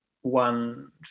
one